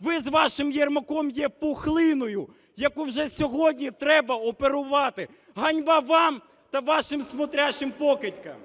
Ви з вашим Єрмаком є пухлиною, яку вже сьогодні треба оперувати. Ганьба вам та вашим "смотрящим" покидькам!